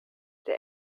der